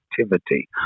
activity